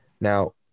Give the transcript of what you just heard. Now